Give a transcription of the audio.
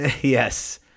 Yes